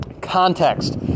context